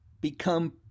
become